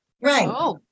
Right